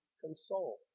console